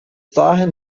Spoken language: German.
dahin